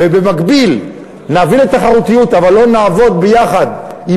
ובמקביל נביא לתחרותיות אבל לא נעבוד ביחד עם